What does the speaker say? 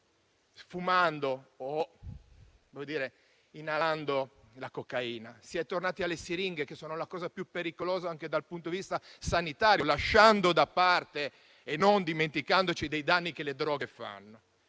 fumando o inalando la cocaina, ma si è tornati alle siringhe, che sono la cosa più pericolosa, anche dal punto di vista sanitario, lasciando da parte, ma non dimenticando, gli altri danni che le droghe